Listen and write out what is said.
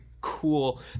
cool